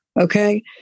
okay